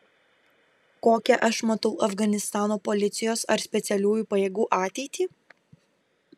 kokią aš matau afganistano policijos ar specialiųjų pajėgų ateitį